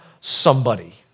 somebody